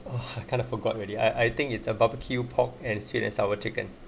oh I kind of forgot already I I think it's a barbecue pork and sweet and sour chicken